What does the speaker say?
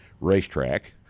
racetrack